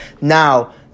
Now